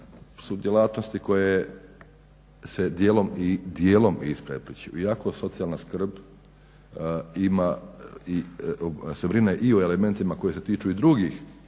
su djelatnosti koje se dijelom isprepliću, iako socijalna skrb se brine o elementima koje se tiču drugih